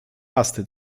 pasty